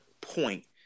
point